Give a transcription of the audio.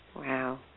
Wow